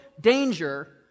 danger